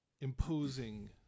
imposing